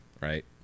right